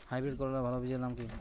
Hybrid করলার ভালো বীজের নাম কি?